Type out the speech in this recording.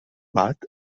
bat